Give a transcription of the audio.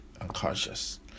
unconscious